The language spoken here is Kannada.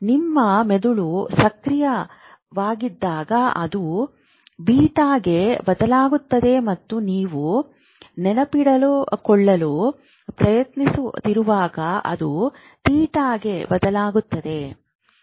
ನಿಮ್ಮ ಮೆದುಳು ಸಕ್ರಿಯವಾಗಿದ್ದಾಗ ಅದು ಬೀಟಾಗೆ ಬದಲಾಗುತ್ತದೆ ಮತ್ತು ನೀವು ನೆನಪಿಟ್ಟುಕೊಳ್ಳಲು ಪ್ರಯತ್ನಿಸುತ್ತಿರುವಾಗ ಅದು ಥೀಟಾಗೆ ಬದಲಾಗುತ್ತದೆ